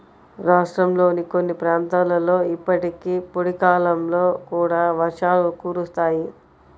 రాష్ట్రంలోని కొన్ని ప్రాంతాలలో ఇప్పటికీ పొడి కాలంలో కూడా వర్షాలు కురుస్తాయి